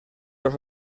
los